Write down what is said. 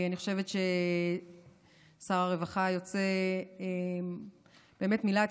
אני חושבת ששר הרווחה היוצא באמת מילא את